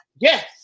Yes